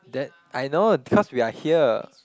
that I know cause we are here